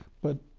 but,